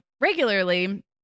regularly